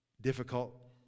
difficult